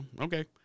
okay